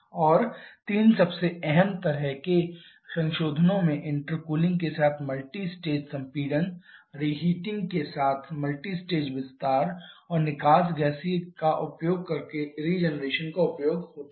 और तीन सबसे आम तरह के संशोधनों में इंटरकूलिंग के साथ मल्टीस्टेज संपीड़न रीहेटिंग के साथ मल्टीस्टेज विस्तार और निकास गैसीय का उपयोग करके रीजेनरेशन का उपयोग होता है